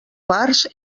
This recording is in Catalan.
parts